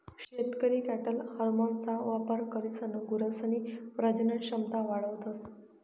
शेतकरी कॅटल हार्मोन्सना वापर करीसन गुरसनी प्रजनन क्षमता वाढावतस